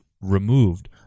removed